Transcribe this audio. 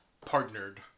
partnered